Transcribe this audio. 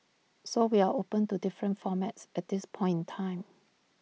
so we are open to different formats at this point in time